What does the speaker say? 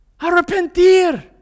Arrepentir